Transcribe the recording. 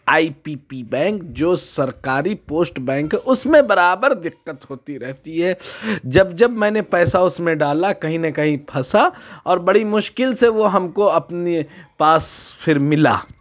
آئی P P bank جو سرکاری post bank ہے اُس میں برابر دقت ہوتی رہتی ہے جب جب میں نے پیسہ اُس میں ڈالا کہیں نہ کہیں پھنسا اور بڑی مشکل سے وہ ہم کو اپنے پاس پھر ملا